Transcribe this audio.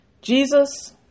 Jesus